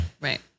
right